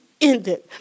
ended